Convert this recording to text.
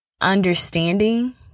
understanding